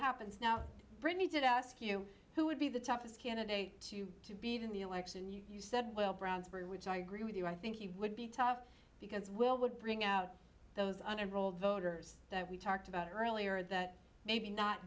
happens now brittany did ask you who would be the toughest candidate to beat in the election you said well brownsburg which i agree with you i think you would be tough because we're would bring out those under old voters that we talked about earlier that maybe not